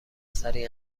سریع